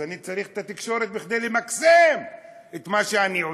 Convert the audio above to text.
אז אני צריך את התקשורת כדי למקסם את מה שאני עושה,